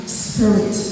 spirit